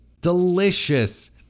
delicious